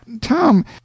Tom